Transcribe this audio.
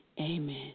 amen